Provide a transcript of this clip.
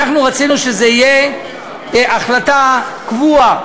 אנחנו רצינו שזו תהיה החלטה קבועה.